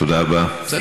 תודה רבה,